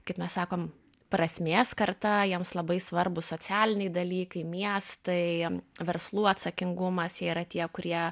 kaip mes sakom prasmės karta jiems labai svarbūs socialiniai dalykai miestai verslų atsakingumas jie yra tie kurie